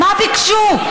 מה ביקשו?